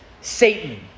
Satan